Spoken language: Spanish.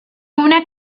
una